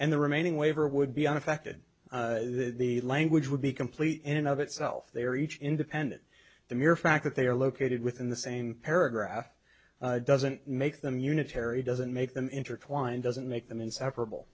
and the remaining waiver would be unaffected the language would be complete and of itself they are each independent the mere fact that they are located within the same paragraph doesn't make them unitary doesn't make them intertwined doesn't make them inseparable